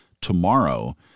tomorrow